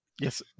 Yes